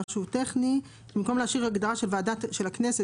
במקום ההגדרה "ועדה של הכנסת",